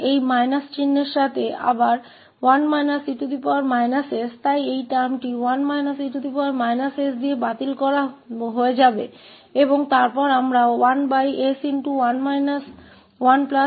तो यह वहाँ और इस ऋण चिह्न के साथ यह फिर से 1 e s है इसलिए यह शब्द 1 e s के साथ रद्द हो जाएगा